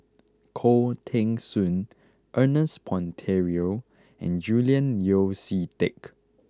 Khoo Teng Soon Ernest Monteiro and Julian Yeo See Teck